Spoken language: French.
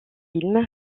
films